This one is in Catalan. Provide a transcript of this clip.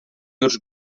llurs